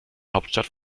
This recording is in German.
hauptstadt